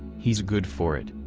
he's good for it.